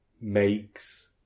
makes